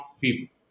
people